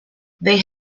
they